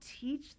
teach